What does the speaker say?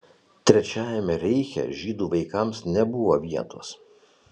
trečiajame reiche žydų vaikams nebuvo vietos